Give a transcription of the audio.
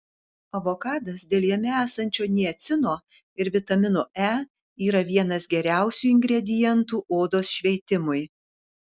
avokadas dėl jame esančio niacino ir vitamino e yra vienas geriausių ingredientų odos šveitimui